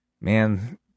man